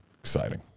Exciting